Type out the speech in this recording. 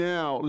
Now